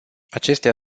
acestea